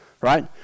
right